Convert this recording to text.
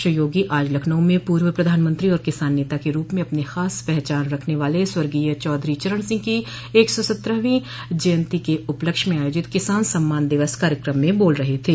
श्री योगी आज लखनऊ में पूर्व प्रधानमंत्री और किसान नेता के रूप म अपनी खास पहचान रखने वाले स्वर्गीय चौधरी चरण सिंह की एक सौ सत्रहवीं जयंती के उपलक्ष्य में आयोजित किसान सम्मान दिवस कार्यकम में बोल रहे थे